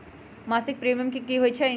मासिक प्रीमियम की होई छई?